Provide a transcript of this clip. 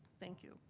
thank you.